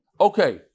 Okay